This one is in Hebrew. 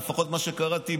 לפחות ממה שקראתי,